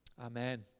Amen